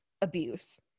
abuse